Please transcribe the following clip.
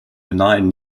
benign